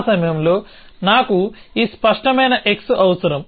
ఆ సమయంలో నాకు ఈ స్పష్టమైన x అవసరం